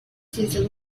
ciencias